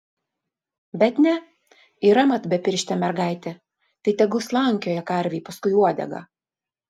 bet ne yra mat bepirštė mergaitė tai tegu slankioja karvei paskui uodegą